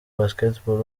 basketball